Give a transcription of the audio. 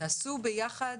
עשו יחד